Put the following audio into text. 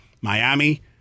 Miami